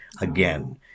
again